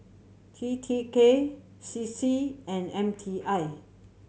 T T K C C and M T I